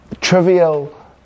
trivial